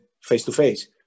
face-to-face